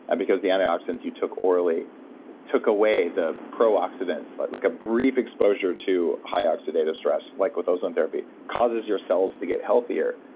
and because the antioxidants you took orally took away the pro oxidants. like like a brief exposure to high oxidative stress, like with ozone therapy causes your cells to get healthier.